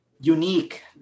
unique